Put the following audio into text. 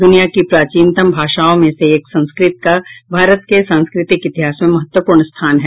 दुनिया की प्राचीनतम भाषाओं में से एक संस्कृत का भारत के सांस्कृतिक इतिहास में महत्वपूर्ण स्थान है